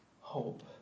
hope